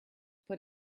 put